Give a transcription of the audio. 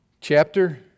chapter